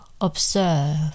observe